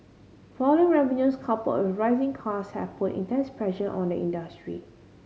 falling revenues coupled arising cost have put intense pressure on the industry